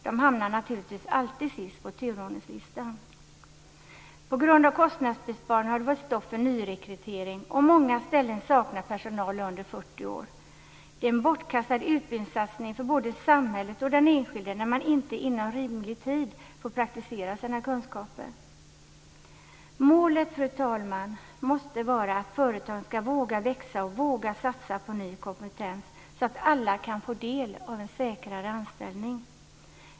De hamnar naturligtvis alltid sist på turordningslistan. På grund av kostnadsbesparingar har det varit stopp för nyrekrytering, och många ställen saknar personal under 40 år. Det är en bortkastad utbildningssatsning för både samhället och den enskilde när man inte inom rimlig tid får praktisera sina kunskaper. Fru talman! Målet måste vara att företagen ska våga växa och våga satsa på ny kompetens, så att alla kan få en säkrare anställning.